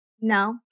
no